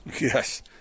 Yes